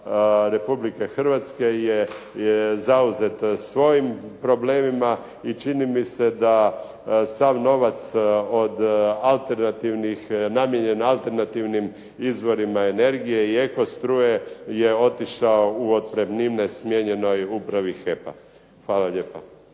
Republike Hrvatske je zauzet svojim problemima i čini mi se da sav novac namijenjen alternativnim izvorima energije i eko struje je otišao u otpremnine smijenjenoj upravi HEP-a. Hvala lijepo.